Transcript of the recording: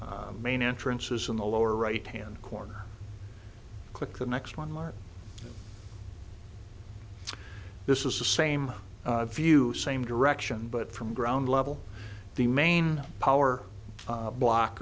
main entrances in the lower right hand corner click the next one mark this is the same view same direction but from ground level the main power